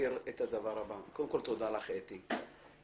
תודה לך, אתי.